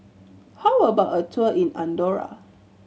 how about a tour in Andorra